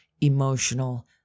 emotional